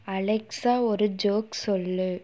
Alexa ஒரு joke சொல்லு